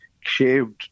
shaved